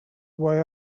why